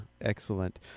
excellent